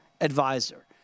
advisor